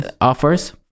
offers